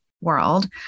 world